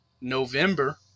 November